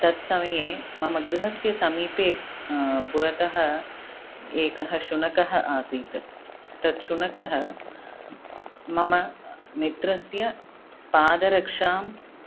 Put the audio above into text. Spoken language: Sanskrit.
तत् समये मम गृहस्य समीपे पुरतः एकः शुनकः आसीत् तत् शुनकः मम मित्रस्य पादरक्षाम्